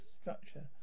structure